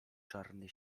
czarny